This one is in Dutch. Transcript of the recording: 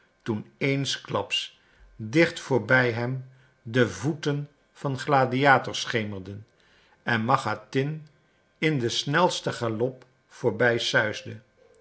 toen eensklaps dicht voorbij hem de voeten van gladiator schemerden en machatin in den snelsten galop